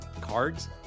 cards